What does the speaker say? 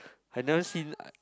I never seen I